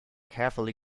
carefully